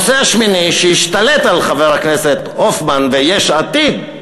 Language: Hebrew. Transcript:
שהשתלט על חבר הכנסת הופמן ויש עתיד,